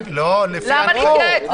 למה להתייעץ?